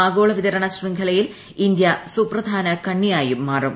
ആഗോളവിതരണ ശൃംഖലയിൽ ഇന്ത്യ സുപ്രധാന കണ്ണിയായി മാറും